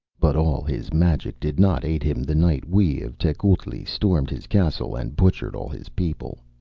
but all his magic did not aid him the night we of tecuhltli stormed his castle and butchered all his people.